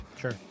Sure